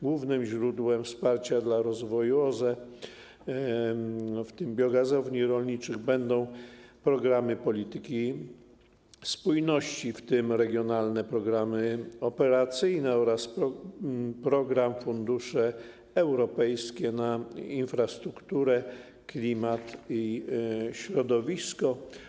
Głównym źródłem wsparcia dla rozwoju OZE, w tym biogazowni rolniczych, będą programy polityki spójności, w tym regionalne programy operacyjne oraz program ˝Fundusze europejskie na infrastrukturę, klimat i środowisko˝